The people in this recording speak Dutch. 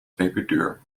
peperduur